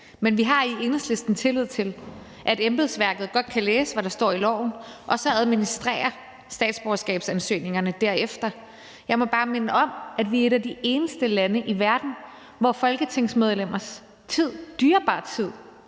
Men i Enhedslisten har vi tillid til, at embedsværket godt kan læse, hvad der står i loven, og så administrere statsborgerskabsansøgningerne derefter. Jeg må bare minde om, at vi er et af de eneste lande i verden, hvor folketingsmedlemmers dyrebare tid,